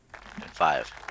Five